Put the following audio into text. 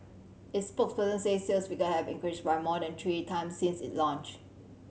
its spokesman says sales figure have increased by more than three times since it launched